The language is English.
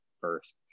first